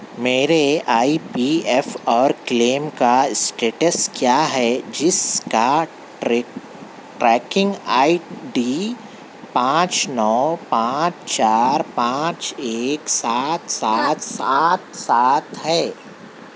میرے I P F اور claim کا اسٹیٹس کیا ہے جس کا ٹرے ٹریکنگ آئی ڈی پانچ نو پانچ چار پانچ ایک سات سات سات سات ہے